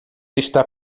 está